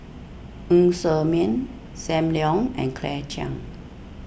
Ng Ser Miang Sam Leong and Claire Chiang